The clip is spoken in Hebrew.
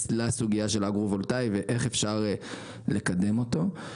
לסוגייה של אגרו-וולטאי ואיך אפשר לקדם אותו.